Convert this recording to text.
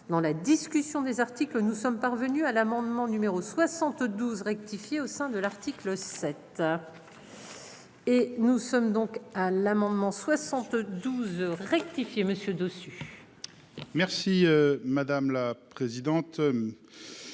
Dans la discussion des articles. Nous sommes parvenus à l'amendement numéro 72 rectifié au sein de l'Arctique. Le sept. Et nous sommes donc à l'amendement 72. Rectifié monsieur dessus. Merci madame la présidente.